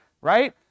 right